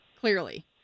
clearly